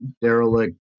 derelict